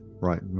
right